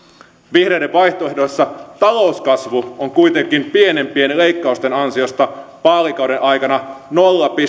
vihreiden vaihtoehdossa talouskasvu on kuitenkin pienempien leikkausten ansiosta vaalikauden aikana nolla pilkku